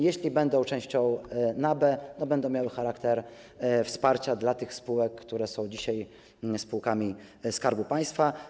Jeśli będą częścią NABE, to będą miały charakter wsparcia dla tych spółek, które są dzisiaj spółkami Skarbu Państwa.